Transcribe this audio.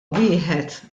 wieħed